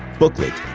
booklet,